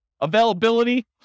Availability